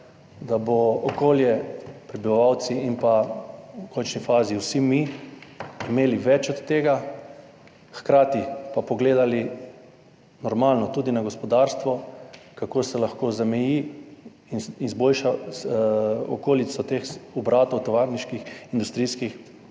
da bo okolje, prebivalci in pa v končni fazi vsi mi, imelo več od tega, hkrati se bo pogledalo, normalno, tudi na gospodarstvo, kako se lahko zameji in izboljša okolico teh obratov, tovarniških, industrijskih,